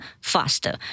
faster